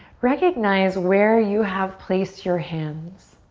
recognize where you have placed your hands.